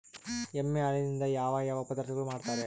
ಎಮ್ಮೆ ಹಾಲಿನಿಂದ ಯಾವ ಯಾವ ಪದಾರ್ಥಗಳು ಮಾಡ್ತಾರೆ?